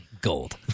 Gold